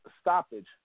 stoppage